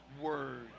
word